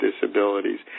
disabilities